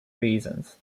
reasons